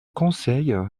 conseil